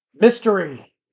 Mystery